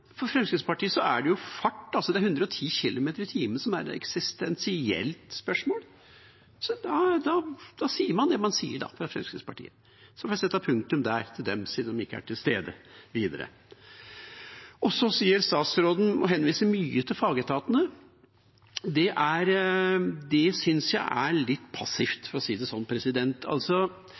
Fremskrittspartiet legger overhodet ikke vekt på det. For Fremskrittspartiet er det fart, 110 km/t, som er et eksistensielt spørsmål, så da sier man det man sier fra Fremskrittspartiet. Jeg får sette punktum der til dem, siden de ikke er til stede videre. Statsråden henviser mye til fagetatene. Det synes jeg er litt passivt, for å si det sånn.